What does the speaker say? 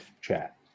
chat